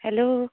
hello